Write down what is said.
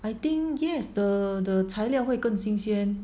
I think yes the the 材料会更新鲜